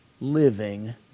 living